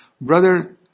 Brother